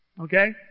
Okay